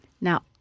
Now